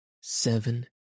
Seven